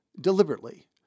deliberately